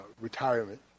retirement